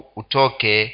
utoke